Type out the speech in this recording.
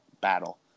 battle